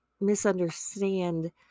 misunderstand